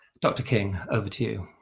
dr. king, over to you.